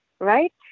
right